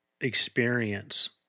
experience